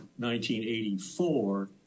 1984